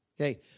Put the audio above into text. Okay